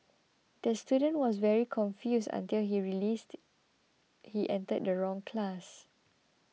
the student was very confused until he released he entered the wrong class